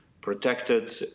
protected